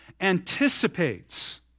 anticipates